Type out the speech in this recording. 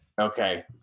Okay